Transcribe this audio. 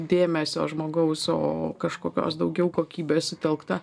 dėmesio žmogaus o kažkokios daugiau kokybės sutelkta